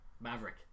Maverick